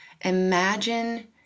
Imagine